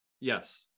Yes